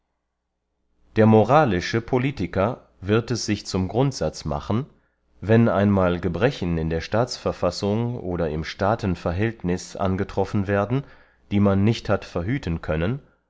der moralische politiker wird es sich zum grundsatz machen wenn einmal gebrechen in der staatsverfassung oder im staatenverhältnis angetroffen werden die man nicht hat verhüten können